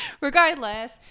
regardless